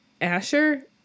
Asher